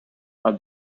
are